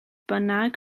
bynnag